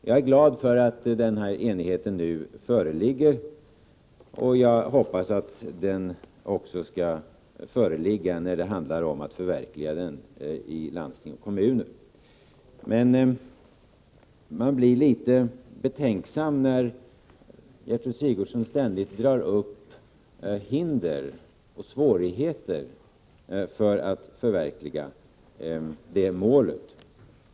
Jag är glad för att den här enigheten nu föreligger, och jag hoppas att den också skall föreligga när det handlar om att förverkliga det hela i landsting och kommuner. Men man blir litet betänksam när Gertrud Sigurdsen ständigt drar upp hinder och svårigheter för att förverkliga det här målet.